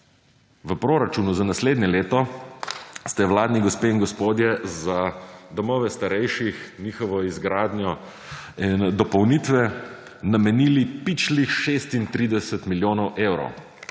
V proračunu za naslednje leto ste vladni gospe in gospodje za domove starejših, njihovo izgradnjo in dopolnitve namenili pičlih 36 milijonov evrov,